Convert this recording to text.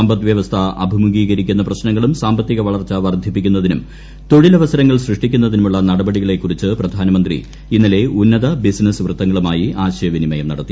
സമ്പദ്വ്യവസ്ഥ അഭിമുഖീകരിക്കുന്ന പ്രശ്നങ്ങളും സാമ്പത്തിക വളർച്ചു വർദ്ധിപ്പിക്കുന്നതിനും തൊഴിലവസരങ്ങൾ സൃഷ്ടിക്കുന്നതിനുമുള്ള നടപടികളെക്കുറിച്ച് പ്രധാനമന്ത്രി ഇന്നലെ ഉന്നത ബിസിനസ് വൃത്തങ്ങളുമായി ആശയവിനിമയം നടത്തി